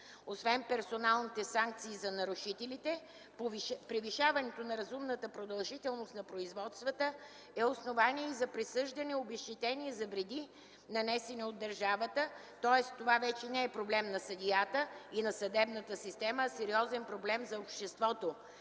Освен персоналните санкции за нарушителите превишаването на разумната продължителност на производствата е основание за присъждане обезщетение за вреди, нанесени от държавата, тоест това вече не е проблем на съдията и на съдебната система, а сериозен проблем за обществото,